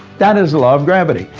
that is the law of gravity.